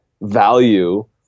value